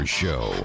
show